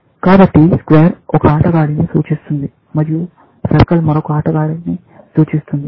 కాబట్టి స్క్వేర్ ఒక ఆటగాడిని సూచిస్తుంది మరియు సర్కిల్ మరొక ఆటగాడిని సూచిస్తుంది